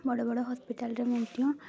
ବଡ଼ ବଡ଼ ହସ୍ପିଟାଲ୍ରେ ମଧ୍ୟ